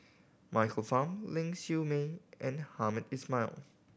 Michael Fam Ling Siew May and Hamed Ismail